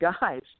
guys